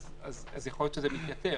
אז יכול להיות שזה מתייתר.